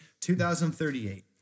2038